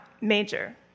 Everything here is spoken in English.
major